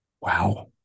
wow